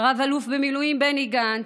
רב-אלוף במיל' בני גנץ,